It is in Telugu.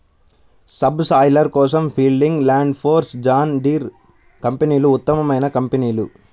సబ్ సాయిలర్ కోసం ఫీల్డింగ్, ల్యాండ్ఫోర్స్, జాన్ డీర్ కంపెనీలు ఉత్తమమైన కంపెనీలు